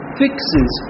fixes